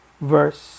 Verse